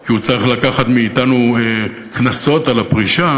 כי הוא צריך לקחת מאתנו קנסות על הפרישה,